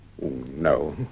No